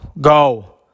go